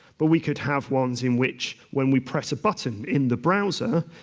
but we could have ones in which, when we press a button in the browser,